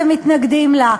אתם מתנגדים לה.